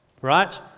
Right